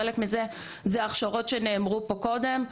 חלק מזה זה הכשרות שנאמרו פה קודם.